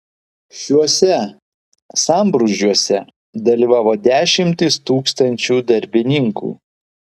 šiuose sambrūzdžiuose dalyvavo dešimtys tūkstančių darbininkų